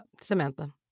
Samantha